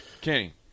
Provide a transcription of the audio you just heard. Kenny